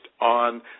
on